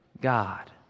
God